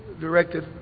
directed